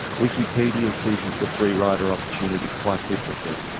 wikipedia seizes the free-rider opportunity quite differently,